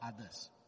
others